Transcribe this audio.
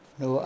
no